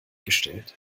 gestellt